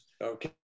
Okay